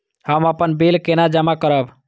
हम अपन बिल केना जमा करब?